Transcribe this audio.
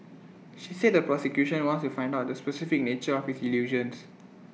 she said the prosecution wants to find out the specific nature of his delusions